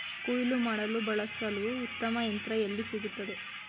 ಕುಯ್ಲು ಮಾಡಲು ಬಳಸಲು ಉತ್ತಮ ಯಂತ್ರ ಎಲ್ಲಿ ಸಿಗುತ್ತದೆ?